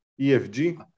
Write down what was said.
EFG